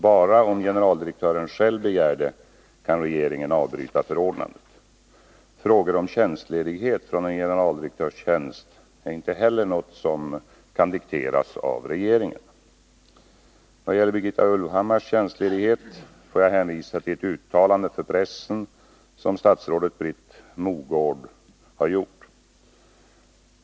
Bara om generaldirektören själv begär det, kan regeringen avbryta förordnandet. Frågor om tjänstledighet från en generaldirektörstjänst är inte heller något som kan dikteras av regeringen. Vad gäller Birgitta Ulvhammars tjänstledighet får jag hänvisa till ett uttalande för pressen av statsrådet Britt Mogård.